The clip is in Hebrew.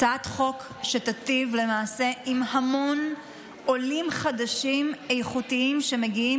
הצעת חוק שתיטיב למעשה עם המון עולים חדשים איכותיים שמגיעים